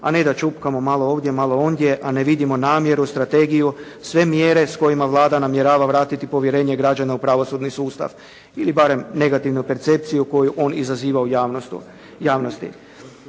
a ne da čupkamo malo ovdje, malo ondje, a ne vidimo namjeru, strategiju, sve mjere s kojima Vlada namjerava vratiti povjerenje građana u pravosudni sustav. Ili barem negativnu percepciju koju on izaziva u javnosti.